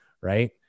right